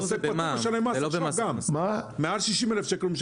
עוסק פטור משלם מס מעל 60 אלף שקל.